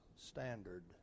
standard